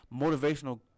motivational